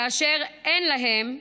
כאשר אין להם,